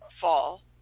fall